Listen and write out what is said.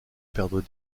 perdre